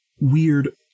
weird